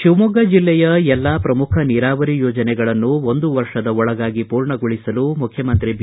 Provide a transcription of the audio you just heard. ಶಿವಮೊಗ್ಗ ಜಿಲ್ಲೆಯ ಎಲ್ಲಾ ಶ್ರಮುಖ ನೀರಾವರಿ ಯೋಜನೆಗಳನ್ನು ಒಂದು ವರ್ಷದ ಒಳಗಾಗಿ ಪೂರ್ಣಗೊಳಿಸಲು ಮುಖ್ಯಮಂತ್ರಿ ಬಿ